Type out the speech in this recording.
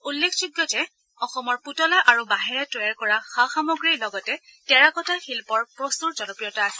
উল্লেখযোগ্য যে অসমৰ পুতলা আৰু বাঁহেৰে তৈয়াৰ কৰা সা সামগ্ৰীৰ লগতে টেৰাকটা শিল্পৰ প্ৰচূৰ জনপ্ৰিয়তা আছে